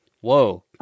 Whoa